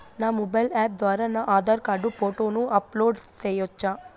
నా mobile app ద్వారా నా ఆధార్ కార్డు ఫోటోను అప్లోడ్ సేయొచ్చా?